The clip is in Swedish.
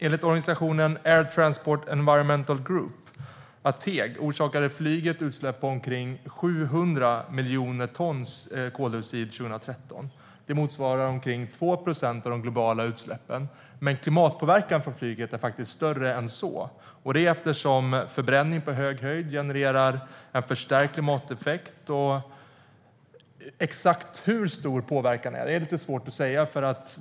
Enligt organisationen Air Transport Action Group, ATAG, orsakade flyget utsläpp på omkring 700 miljoner ton koldioxid 2013. Det motsvarar omkring 2 procent av de globala utsläppen. Men klimatpåverkan från flyget är faktiskt större än så, eftersom förbränning på hög höjd genererar en förstärkt klimateffekt. Det är lite svårt att säga exakt hur stor påverkan är.